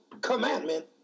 commandment